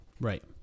Right